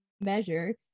measure